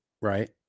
Right